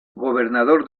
gobernador